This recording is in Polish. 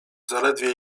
zaledwie